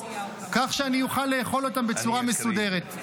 כך שאני אוכל לאכול אותם בצורה מסודרת.